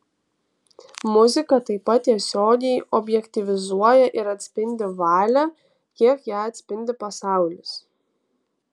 muzika taip pat tiesiogiai objektyvizuoja ir atspindi valią kiek ją atspindi pasaulis